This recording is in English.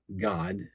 God